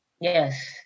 Yes